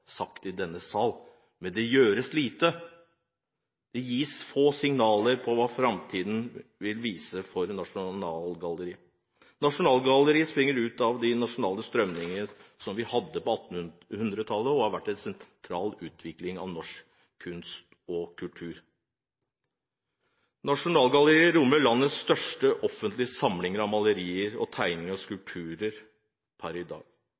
sagt. Men det gjøres lite, det gis få signaler om hva framtiden vil vise for Nasjonalgalleriet. Nasjonalgalleriet springer ut av de nasjonale strømninger som vi hadde på 1800-tallet, og har vært sentralt i utviklingen av norsk kunst og kultur. Nasjonalgalleriet rommer landets største offentlige samlinger av malerier, tegninger og skulpturer per i dag,